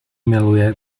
miluje